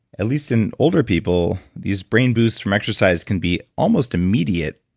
at least in older people, these brain boosts from exercise can be almost immediate,